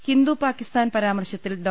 ഹിന്ദു പാകിസ്ഥാൻ പ്രാമർശത്തിൽ ഡോ